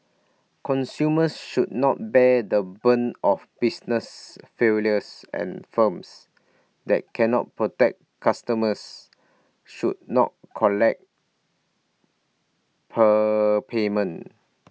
consumers should not bear the brunt of business failures and firms that cannot protect customers should not collect prepayment